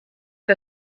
que